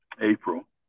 April